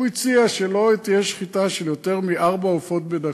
הוא הציע שלא תהיה שחיטה של יותר מארבעה עופות בדקה,